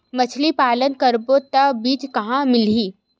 मछरी पालन करबो त बीज कहां मिलही?